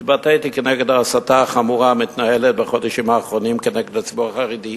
התבטאתי נגד ההסתה החמורה המתנהלת בחודשים האחרונים נגד הציבור החרדי,